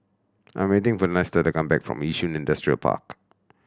I'm waiting for Nestor to come back from Yishun Industrial Park